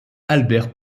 albert